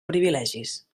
privilegis